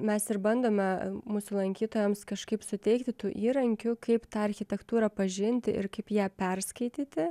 mes ir bandome mūsų lankytojams kažkaip suteikti tų įrankių kaip tą architektūrą pažinti ir kaip ją perskaityti